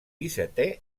dissetè